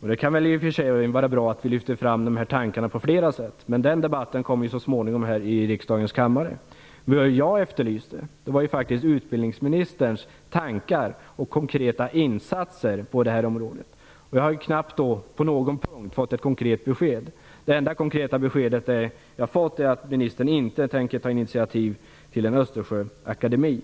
Det kan i och för sig vara bra att vi lyfter fram dessa tankar på flera sätt. Men den debatten kommer så småningom att föras här i riksdagens kammare. Det jag efterlyste var faktiskt utbildningsministerns tankar och konkreta insatser på detta område. Jag har knappast på någon punkt fått ett konkret besked. Det enda konkreta beskedet jag fått är att ministern inte tänker ta initiativ till en Östersjöakademi.